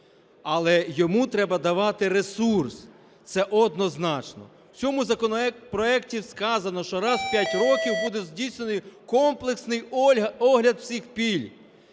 але йому треба давати ресурс, це однозначно. У цьому законопроекті сказано, що раз у п'ять років буде здійснений комплексний огляд всіх пільг.